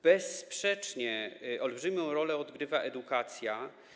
Bezsprzecznie olbrzymią rolę odgrywa edukacja.